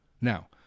Now